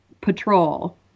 patrol